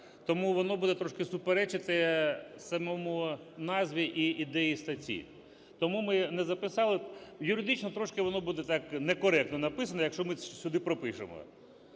тому воно буде трошки суперечити самій назві і ідеї статті. Тому ми не записали. Юридично трошки воно буде так некоректно написано, якщо ми сюди пропишемо.